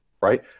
right